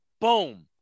boom